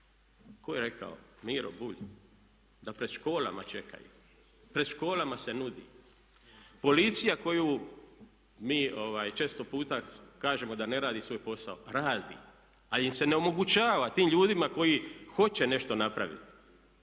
Tko je rekao, Miro Bulj da pred školama čekaju, pred školama se nudi. Policija koju mi često puta kažemo da ne radi svoj posao, radi ali im se ne omogućava, tim ljudima koji hoće nešto napraviti,